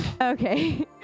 Okay